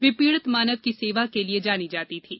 वे पीड़ित मानव की सेवा के लिए जानी जाती थीं